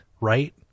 right